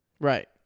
Right